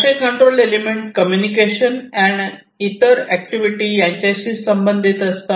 असे control element communication आणि इतर ऍक्टिव्हिटी यांच्याशी संबंधित असतात